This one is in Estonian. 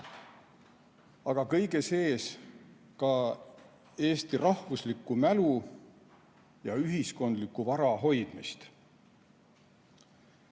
nende seas ka Eesti rahvusliku mälu ja ühiskondliku vara hoidmist.